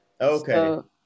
okay